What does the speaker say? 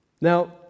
Now